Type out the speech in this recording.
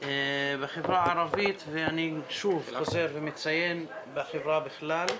בחברה הערבית, ואני שוב חוזר ומציין בחברה בכלל,